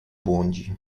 błądzi